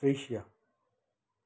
दृश्य